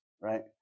right